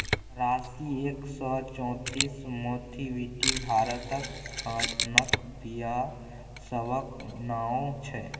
राशी एक सय चौंतीस, मोथीबीटी भारतक काँटनक बीया सभक नाओ छै